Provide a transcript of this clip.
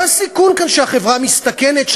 מה הסיכון שהחברה מסתכנת כאן,